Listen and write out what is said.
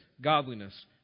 godliness